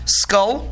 skull